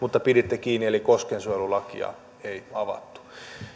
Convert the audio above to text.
piditte kiinni eli koskiensuojelulakia ei avattu